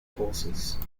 horses